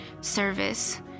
service